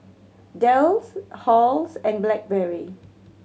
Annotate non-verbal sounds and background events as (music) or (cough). Dell (unintelligible) Halls and Blackberry